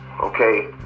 okay